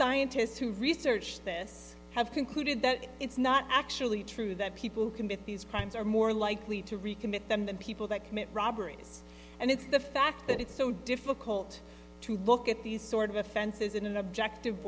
scientists who researched this have concluded that it's not actually true that people who commit these crimes are more likely to recommit them than people that commit robberies and it's the fact that it's so difficult to look at these sort of offenses in an objective